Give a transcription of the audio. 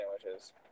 sandwiches